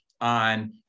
on